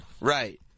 Right